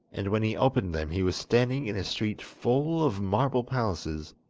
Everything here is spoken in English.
and when he opened them he was standing in a street full of marble palaces.